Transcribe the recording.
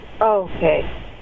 Okay